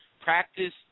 practice